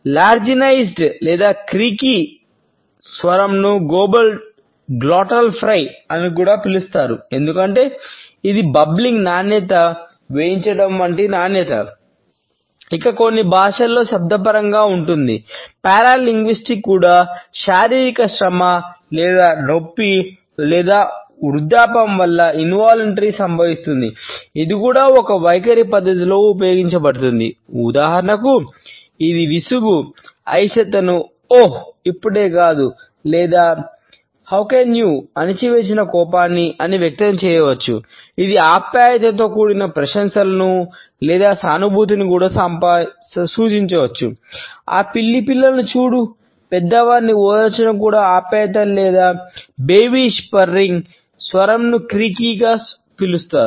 laryngealised స్వరంగా పిలుస్తారు